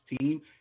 team